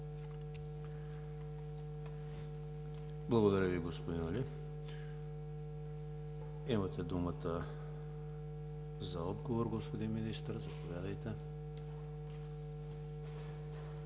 Благодаря Ви, господин Али. Имате думата за отговор, господин Министър. Заповядайте.